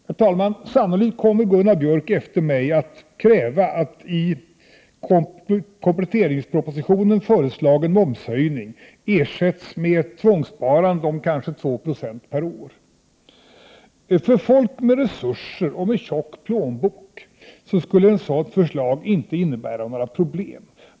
Herr talman! Sannolikt kommer Gunnar Björk efter mig att kräva att den i kompletteringspropositionen föreslagna momshöjningen ersätts med ett tvångssparande om kanske 2 Yo per år. För folk med resurser och en tjock plånbok skulle ett sådant förslag inte innebära några problem.